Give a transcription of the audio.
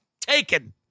taken